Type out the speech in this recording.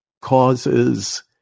causes